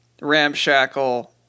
ramshackle